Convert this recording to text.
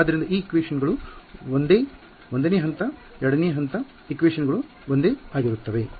ಆದ್ದರಿಂದ ಈಕ್ವೇಶನ್ ಗಳು ಒಂದೇ 1 ನೇ ಹಂತ 2 ನೇ ಹಂತ ಈಕ್ವೇಶನ್ ಗಳು ಒಂದೇ ಆಗಿರುತ್ತವೆ